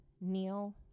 kneel